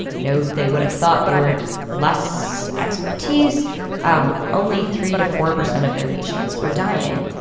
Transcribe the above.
you know, they would have thought they were less expertise um only three to four percent of their patients were dying.